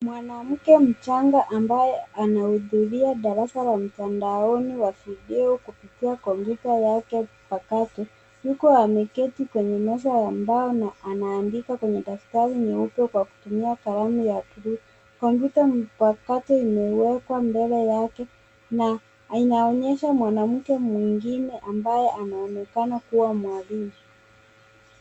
Mwanamke mchanga ambaye anaudhuria darasa la mtandaoni wa kigeo kupitia kompyuta yake mpakato, yuko na ameketi kwenye meza ya mbao na anaandika kwenye daftari nyeupe kwa kutumia kalamu ya bluu, kompyuta ya mpakato imewekwa mbele yake, na inaonyesha mwanamke mwingine ambaye anaonekana kuwa mwalimu.